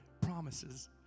promises